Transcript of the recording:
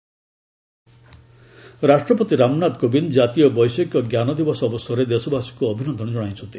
ପ୍ରେଜ୍ ଗ୍ରିଟିନ୍ସ ରାଷ୍ଟ୍ରପତି ରାମନାଥ କୋବିନ୍ଦ ଜାତୀୟ ବୈଷୟିକ ଜ୍ଞାନ ଦିବସ ଅବସରରେ ଦେଶବାସୀଙ୍କୁ ଅଭିନନ୍ଦନ ଜଣାଇଛନ୍ତି